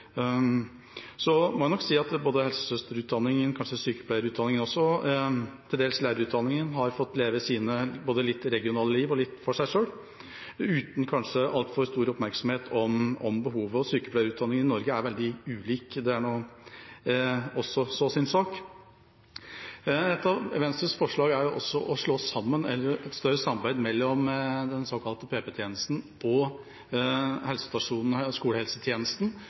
Så må jeg nok si at både helsesøsterutdanningen, kanskje sykepleierutdanningen også og til dels lærerutdanningen har fått leve både litt regionale liv og litt for seg sjøl uten kanskje altfor stor oppmerksomhet om behovet, og sykepleierutdanningen i Norge er veldig ulik, det er så sin sak. Et av Venstres forslag er bedre samarbeid mellom den såkalte PP-tjenesten og helsestasjonene og skolehelsetjenesten for å styrke samhandlingen og